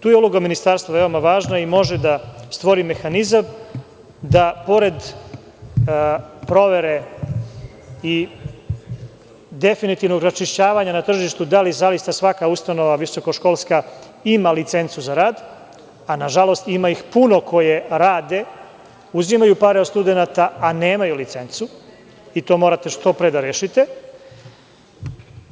Tu je uloga Ministarstva veoma važna i može da stvori mehanizam da pored provere i definitivnog raščišćavanja na tržištu, da li zaista svaka ustanova visokoškolska ima licencu za rad, a na žalost ima ih puno koje rade, uzimaju pare od studenata, a nemaju licencu i to morate što pre da rešite,